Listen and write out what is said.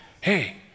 hey